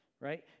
right